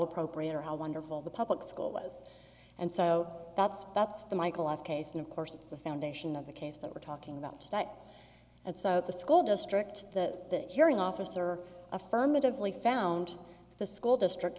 appropriate or how wonderful the public school was and so that's that's the michael off case and of course it's the foundation of the case that we're talking about that and so the school district the hearing officer affirmatively found the school district